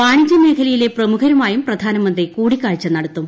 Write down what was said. വാണിജ്യമേഖലയിലെ പ്രമുഖരുമായും പ്രധാനമന്ത്രി കൂടിക്കാഴ്ച നടത്തും